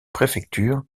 préfecture